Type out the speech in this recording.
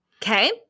Okay